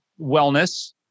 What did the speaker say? wellness